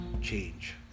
change